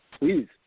Please